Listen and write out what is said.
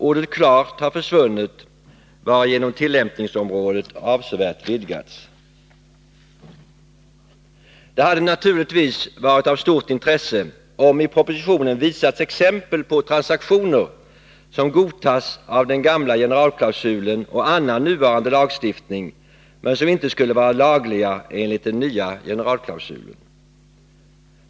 Ordet ”klart” har försvunnit, varigenom tillämpningsområdet avsevärt vidgats. Det hade naturligtvis varit av stort intresse om i propositionen visats exempel på transaktioner som godtas av den gamla generalklausulen och annan nuvarande lagstiftning men som inte skulle vara lagliga enligt den nya generalklausulen.